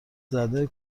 زده